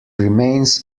remains